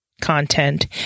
content